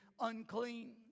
unclean